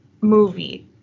movie